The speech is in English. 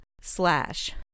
slash